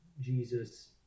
Jesus